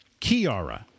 Kiara